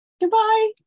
Goodbye